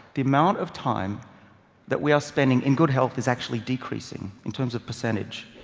the amount of time that we are spending in good health is actually decreasing in terms of percentage.